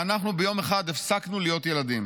ואנחנו ביום אחד הפסקנו להיות ילדים,